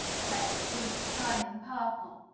said the queen, turning purple.